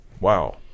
wow